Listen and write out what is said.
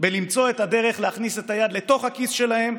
בלמצוא את הדרך להכניס את היד לתוך הכיס שלהם,